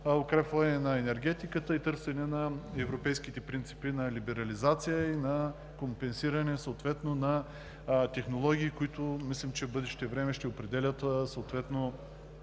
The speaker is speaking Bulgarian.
укрепване на енергетиката и търсене на европейските принципи на либерализация и на компенсиране съответно на технологии, които мислим, че в бъдеще време ще определят